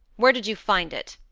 where did you find it?